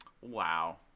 Wow